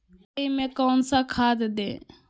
मकई में कौन सा खाद दे?